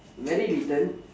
very little